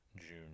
June